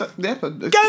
go